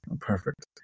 Perfect